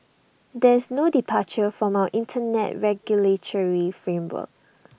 there is no departure from our Internet regulatory framework